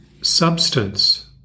Substance